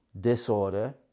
disorder